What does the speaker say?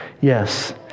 Yes